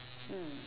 mm